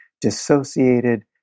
dissociated